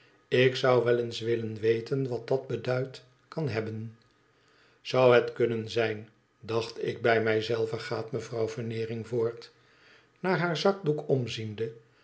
tik zou wel eens willen weten wat dat beduid kan hebben zou het kunnen zijn dacht ik bij mij zelve gaat mevrouw veneering voort naar haar zakdoek omziende